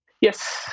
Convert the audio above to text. yes